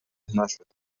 نشدهاید